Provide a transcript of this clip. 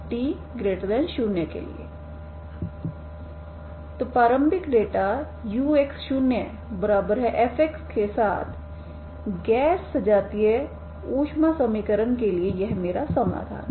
तो प्रारंभिक data ux0f के साथ गैर सजातीय ऊष्मा समीकरण के लिए यह मेरा समाधान है